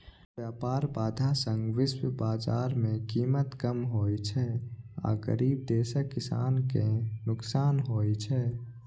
व्यापार बाधा सं विश्व बाजार मे कीमत कम होइ छै आ गरीब देशक किसान कें नुकसान होइ छै